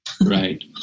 Right